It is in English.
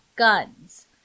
guns